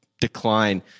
decline